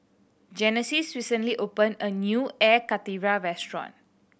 Genesis recently opened a new Air Karthira restaurant